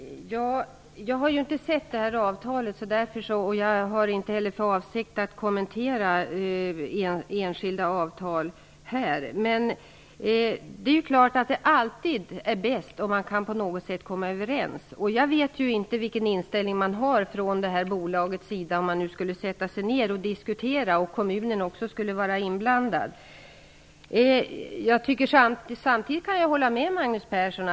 Fru talman! Jag har inte sett det avtal som Magnus Persson åberopar. Jag har inte heller för avsikt att här kommentera enskilda avtal. Men naturligtvis är det alltid bäst om man på något sätt kan komma överens. Jag vet inte vilken inställningen är från Stora Kopparbergs sida vid en diskussion där även kommunen skulle vara inblandad. Samtidigt håller jag med Magnus Persson.